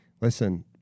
listen